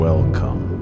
Welcome